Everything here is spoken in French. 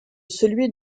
celui